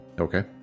okay